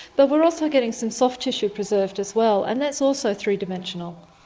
but we are also getting some soft tissue preserved as well, and that's also three-dimensional.